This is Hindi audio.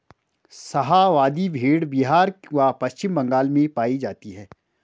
शाहाबादी भेड़ बिहार व पश्चिम बंगाल में पाई जाती हैं